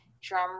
drum